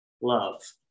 Love